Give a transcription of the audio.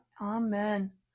Amen